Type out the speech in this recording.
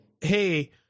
hey